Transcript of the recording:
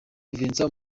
vincent